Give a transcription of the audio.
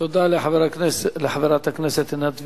תודה לחברת הכנסת עינת וילף.